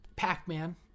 Pac-Man